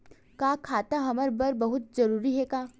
का खाता हमर बर बहुत जरूरी हे का?